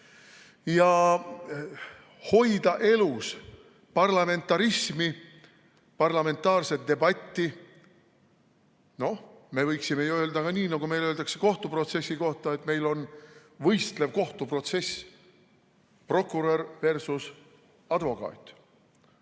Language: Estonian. ja hoida elus parlamentarismi, parlamentaarset debatti. Noh, me võiksime ju öelda ka nii, nagu meil öeldakse kohtuprotsessi kohta, et meil on võistlev kohtuprotsess, prokurörversusadvokaat